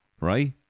Right